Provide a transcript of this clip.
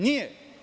Nije.